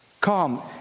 Come